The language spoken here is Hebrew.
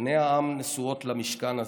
עיני העם נשואות למשכן הזה.